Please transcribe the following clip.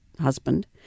husband